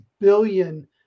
billion